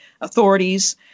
authorities